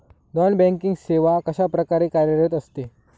Non banking सेवा कशाप्रकारे कार्यरत असते?